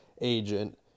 agent